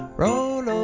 roll